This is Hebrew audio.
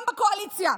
גם בקואליציה,